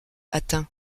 atteint